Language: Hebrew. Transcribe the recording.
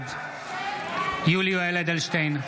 בעד יולי יואל אדלשטיין,